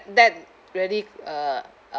that really uh uh